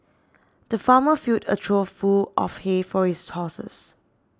the farmer filled a trough full of hay for his horses